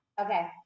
Okay